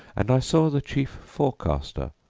and i saw the chief forecaster,